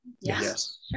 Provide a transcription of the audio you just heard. Yes